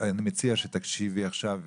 אני מציע שתקשיבי עכשיו,